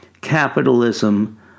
capitalism